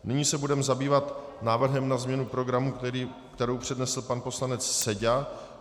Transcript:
Nyní se budeme zabývat návrhem na změnu programu, který přednesl pan poslanec Seďa.